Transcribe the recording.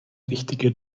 wichtige